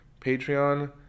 Patreon